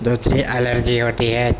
دوسری الرجی ہوتی ہے